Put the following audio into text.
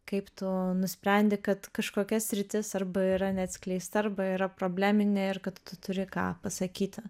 kaip tu nusprendi kad kažkokia sritis arba yra neatskleista arba yra probleminė ir kad tu turi ką pasakyti